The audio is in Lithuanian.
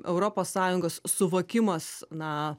europos sąjungos suvokimas na